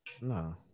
No